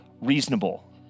reasonable